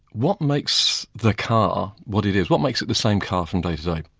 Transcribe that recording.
what makes the car what it is? what makes it the same car from day to day?